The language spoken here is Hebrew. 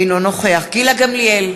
אינו נוכח גילה גמליאל,